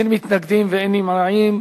אין מתנגדים ואין נמנעים.